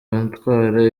batwara